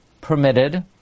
permitted